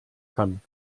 kann